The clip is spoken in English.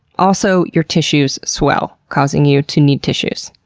also, your tissues swell causing you to need tissues.